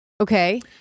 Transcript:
Okay